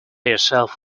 yourself